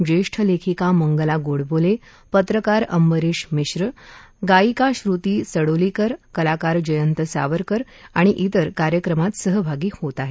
ज्येष्ठ लेखिका मंगला गोडबोले पत्रकार अंबरिश मिश्र गायिका श्रुती सडोलीकर कलाकार जयंत सावरकर आणि ज्रिर कार्यक्रमात सहभागी होत आहेत